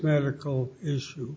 medical issue